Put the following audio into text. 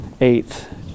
eighth